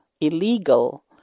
illegal